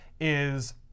is-